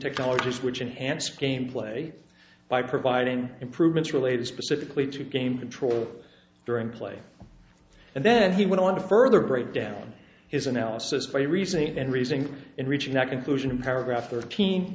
technologies which enhanced gameplay by providing improvements related specifically to game control during play and then he went on to further break down his analysis by reasoning and reasoning in reaching that conclusion paragraph thirteen